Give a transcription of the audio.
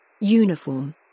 Uniform